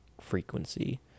frequency